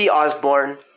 Osborne